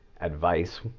advice